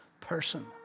person